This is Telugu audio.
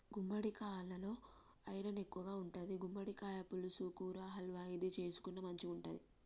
గుమ్మడికాలలో ఐరన్ ఎక్కువుంటది, గుమ్మడికాయ పులుసు, కూర, హల్వా ఏది చేసుకున్న మంచిగుంటది